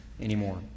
anymore